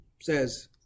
says